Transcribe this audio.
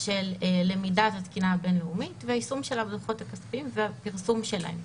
של למידת התקינה הבין-לאומית ויישום של הדוחות הכספיים והפרסום שלהם.